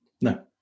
No